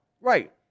Right